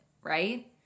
right